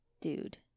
dude